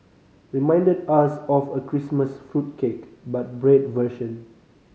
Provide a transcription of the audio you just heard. reminded us of a Christmas fruit cake but bread version